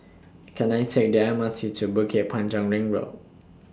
Can I Take The M R T to Bukit Panjang Ring Road